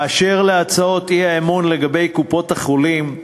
באשר להצעות האי-אמון לגבי קופות-החולים,